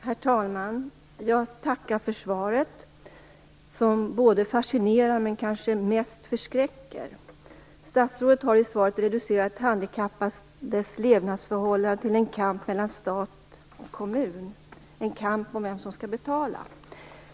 Herr talman! Jag tackar för svaret, som fascinerar men kanske mest förskräcker. Statsrådet har i svaret reducerat handikappades levnadsförhållanden till en kamp mellan stat och kommun, en kamp om vem som skall betala.